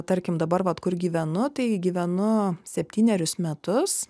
tarkim dabar vat kur gyvenu tai gyvenu septynerius metus